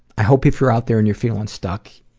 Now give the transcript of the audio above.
i hope if you're out there and you're feeling stuck,